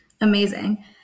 Amazing